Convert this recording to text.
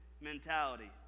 mentality